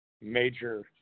major